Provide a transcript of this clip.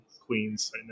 Queens